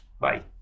Bye